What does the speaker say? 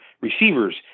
receivers